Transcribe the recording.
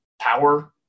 power